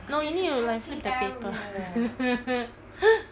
no you need to like flip the paper